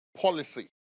policy